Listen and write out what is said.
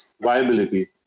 viability